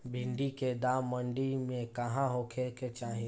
भिन्डी के दाम मंडी मे का होखे के चाही?